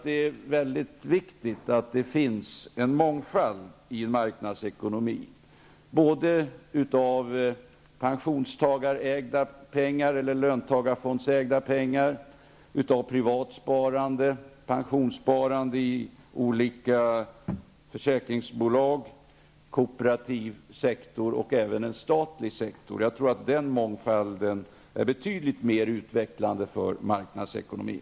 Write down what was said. Det är viktigt att det i en marknadsekonomi finns en mångfald, av löntagarfondsägda pengar, av privat sparande, av pensionssparande i olika försäkringsbolag, inom kooperativ sektor och även inom statlig sektor. Jag tror att den mångfalden är betydligt mer utvecklande för marknadsekonomin.